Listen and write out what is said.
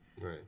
Right